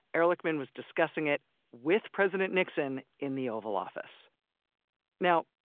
ehrlichman was discussing it with president nixon in the oval office now,